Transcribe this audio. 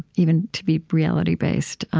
even to be reality-based